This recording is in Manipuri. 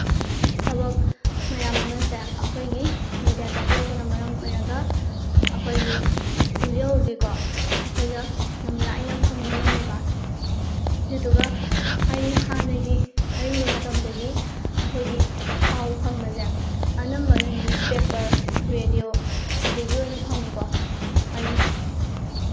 ꯊꯕꯛ ꯃꯌꯥꯝ ꯑꯃꯁꯦ ꯑꯩꯈꯣꯏꯒꯤ ꯃꯦꯗꯤꯌꯥ ꯆꯥꯎꯈꯠꯂꯛꯄꯅ ꯃꯔꯝ ꯑꯣꯏꯔꯒ ꯑꯩꯈꯣꯏꯒꯤ ꯍꯧꯖꯤꯛ ꯍꯧꯖꯤꯛꯀꯣ ꯑꯩꯈꯣꯏꯗ ꯌꯥꯝ ꯂꯥꯏꯅ ꯐꯪꯕ ꯉꯝꯃꯦꯕ ꯑꯗꯨꯗꯨꯒ ꯍꯥꯏꯗꯤ ꯍꯥꯟꯅꯒꯤ ꯑꯔꯤꯕ ꯃꯇꯝꯗꯗꯤ ꯑꯩꯈꯣꯏꯒꯤ ꯄꯥꯎ ꯐꯪꯕꯁꯦ ꯑꯅꯝꯕꯅ ꯅ꯭ꯌꯨꯁꯄꯦꯄꯔ ꯔꯦꯗꯤꯔꯑꯣ ꯁꯤꯗꯒꯤ ꯑꯣꯏꯅ ꯐꯪꯉꯤꯀꯣ ꯍꯥꯏꯗꯤ